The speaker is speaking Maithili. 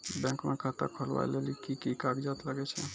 बैंक म खाता खोलवाय लेली की की कागज लागै छै?